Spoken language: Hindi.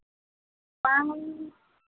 पाँच